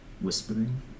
whispering